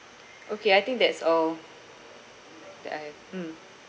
okay I think that's all that I have mm